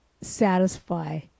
satisfy